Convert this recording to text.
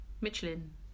Michelin